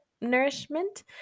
nourishment